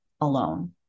alone